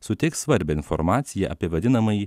suteiks svarbią informaciją apie vadinamąjį